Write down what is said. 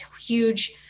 huge